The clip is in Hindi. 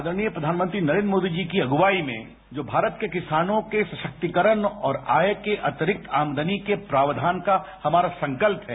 आदरणीय प्रधानमंत्री नरेन्द्र मोदी जी की अग्वाई में जो भारत के किसानों के सराक्रिकरण और आय के अतिरिक्त आमदनी के प्रावधान का हमारा संकल्प है